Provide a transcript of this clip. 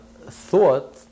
thought